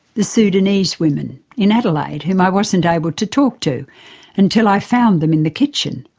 the sudanese women in adelaide whom i wasn't able to talk to until i found them in the kitchen,